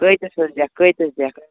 کۭتس حظ دِکھ کۭتِس دِکھ